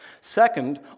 Second